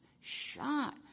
shot